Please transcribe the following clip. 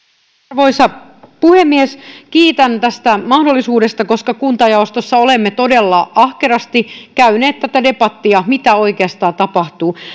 arvoisa puhemies kiitän tästä mahdollisuudesta koska kuntajaostossa olemme todella ahkerasti käyneet tätä debattia siitä mitä oikeastaan tapahtuu